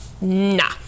nah